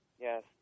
Yes